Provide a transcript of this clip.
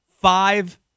five